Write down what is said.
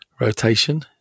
rotation